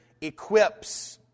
equips